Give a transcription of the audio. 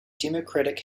democratic